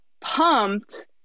pumped